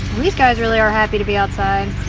these guys really are happy to be outside.